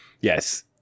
Yes